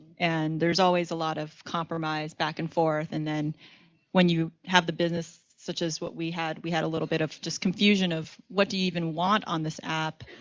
and there's always a lot of compromise back and forth. and then when you have the business such as what we had, we had a little bit of just confusion of, what do you even want on this app?